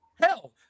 Hell